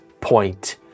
point